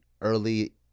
early